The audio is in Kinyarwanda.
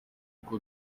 uko